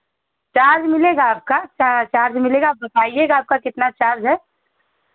charge मिलेगा आपका सारा चार्ज मिलेगा आप बताईएगा आपका कितना चार्ज है